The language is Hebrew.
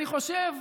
אני חושב,